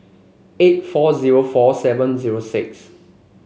eight four zero four seven zero six